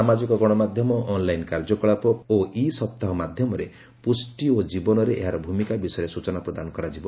ସାମାଜିକ ଗଣମାଧ୍ୟମ ଅନଲାଇନ୍ କାର୍ଯ୍ୟକଳାପ ପୋଡ୍କାଷ୍ଟ ଓ ଇ ସମ୍ବାଦ ମାଧ୍ୟମରେ ପୁଷ୍ଟି ଓ ଜୀବନରେ ଏହାର ଭୂମିକା ବିଷୟରେ ସ୍ବଚନା ପ୍ରଦାନ କରାଯିବ